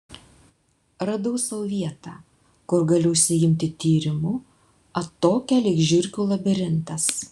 radau sau vietą kur galiu užsiimti tyrimu atokią lyg žiurkių labirintas